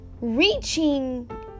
reaching